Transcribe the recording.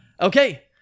Okay